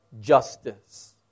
justice